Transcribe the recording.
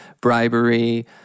bribery